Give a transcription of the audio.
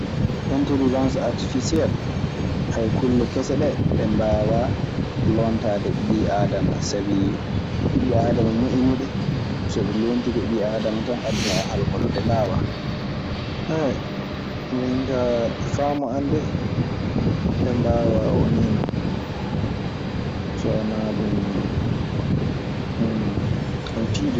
Intelisens artifisiel e kulle kese ɗee ɗe mbaawaa lontaade. ɓii aadama sabi ɓiɓɓe aadama moƴƴini ɗe so, ɗe lontike ɓii aadama tan aduna oo halkoto. Ɗe mbaawaa. Min kaa e faamu an dee, ɓe mbaawaa o nii non. So wanaa ɗun ana tiiɗi.